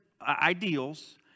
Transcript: ideals